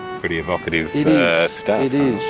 pretty evocative stuff.